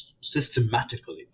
systematically